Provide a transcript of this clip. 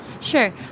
Sure